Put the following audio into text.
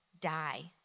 die